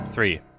three